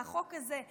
מהחוק הזה,